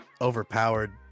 overpowered